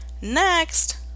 Next